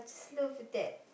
love that